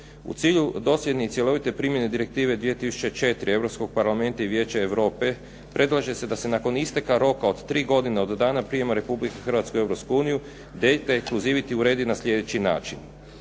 U cilju dosljedne i cjelovite primjene Direktive 2004 Europskog parlamenta i Vijeća Europe, predlaže se da se nakon isteka roka od 3 godine od dana prijema Republike Hrvatske u Europsku uniju, Data exclusivity uredi na sljedeći način.